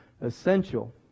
essential